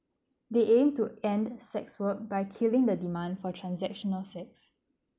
they aim to end sex work by killing the demand for transactional sex